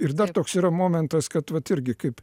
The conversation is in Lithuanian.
ir dar toks yra momentas kad vat irgi kaip